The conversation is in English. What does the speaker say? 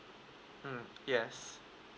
mm yes